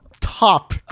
top